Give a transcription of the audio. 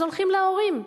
אז הולכים להורים,